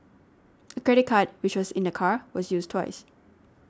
a credit card which was in the car was used twice